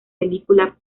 película